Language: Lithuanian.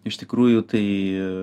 iš tikrųjų tai